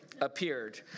appeared